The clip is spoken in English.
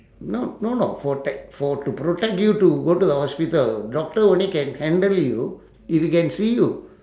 no no no for ta~ for to protect you to go to the hospital doctor only can handle you if he can see you